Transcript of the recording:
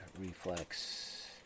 reflex